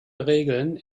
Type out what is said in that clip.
regeln